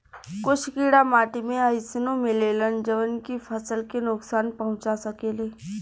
कुछ कीड़ा माटी में अइसनो मिलेलन जवन की फसल के नुकसान पहुँचा सकेले